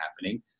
happening